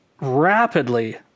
rapidly